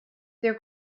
their